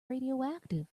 radioactive